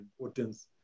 importance